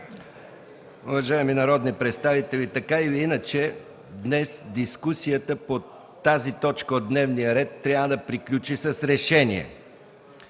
Уважаеми народни представители, така или иначе днес дискусията по тази точка от дневния ред трябва да приключи с решение.